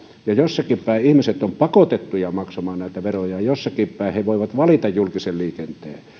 jossakin päin ihmiset ovat pakotettuja maksamaan näitä veroja ja jossakin päin he voivat valita julkisen